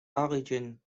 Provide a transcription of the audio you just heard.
allegan